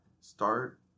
Start